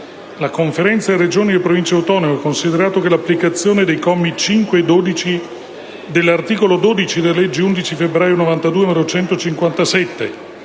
«La Conferenza delle Regioni e delle Province autonome, considerato che l'applicazione dei commi 5 e 12, dell'articolo 12 della legge 11 febbraio 1992, n. 157,